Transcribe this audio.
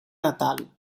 natal